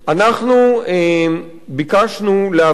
אנחנו ביקשנו להבטיח